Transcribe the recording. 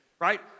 right